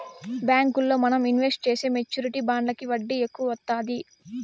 బ్యాంకుల్లో మనం ఇన్వెస్ట్ చేసే మెచ్యూరిటీ బాండ్లకి వడ్డీ ఎక్కువ వత్తాది